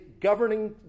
governing